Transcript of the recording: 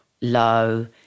low